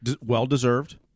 well-deserved